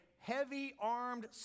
heavy-armed